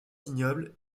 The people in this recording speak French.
vignobles